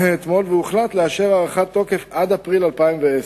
והוחלט לאשר הארכת תוקף עד אפריל 2010,